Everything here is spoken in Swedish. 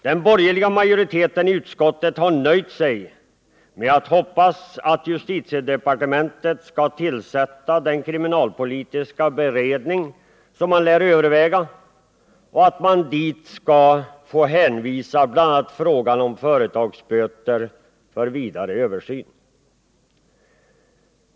Den borgerliga majoriteten i utskottet har nöjt sig med att hoppas att justitiedepartementet skall tillsätta den kriminalpolitiska beredning som lär övervägas och att man dit skall få hänskjuta bl.a. frågan om företagsböter för vidare översyn.